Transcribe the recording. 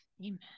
Amen